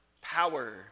power